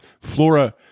Flora